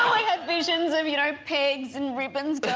i have visions of you know pegs and ribbons